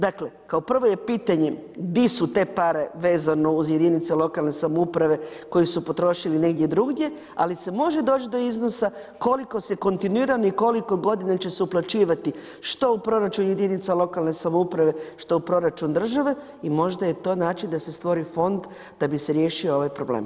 Dakle, kao prvo je pitanje di su te pare vezano uz jedinice lokalne samouprave koje su potrošili negdje drugdje, ali se može doći do iznosa koliko se kontinuirano i koliko godina će se uplaćivati što u proračun jedinica lokalne samouprave, što u proračun države i možda je to način da se stvori fond da bi se riješio ovaj problem.